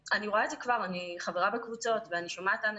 אני רואה את זה כבר,